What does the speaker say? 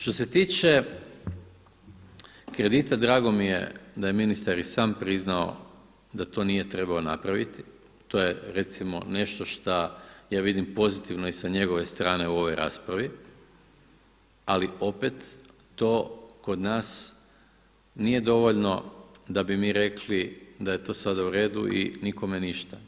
Što se tiče kredita, drago mi je da je ministar i sam priznao da to nije trebao napraviti, to je recimo nešto šta ja vidim pozitivno i sa njegove strane u ovoj raspravi, ali opet to kod nas nije dovoljno da bi mi rekli da je to sada uredu i nikome ništa.